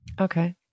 Okay